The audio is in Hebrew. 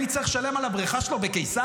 אני צריך לשלם על הבריכה שלו בקיסריה?